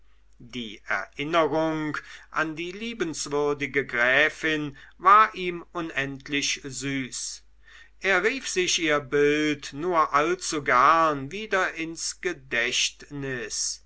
die erinnerung an die liebenswürdige gräfin war ihm unendlich süß er rief sich ihr bild nur allzugern wieder ins gedächtnis